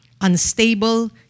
unstable